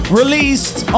released